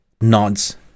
nods